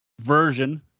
version